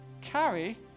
carry